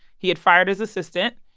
he had fired his assistant,